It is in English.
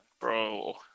bro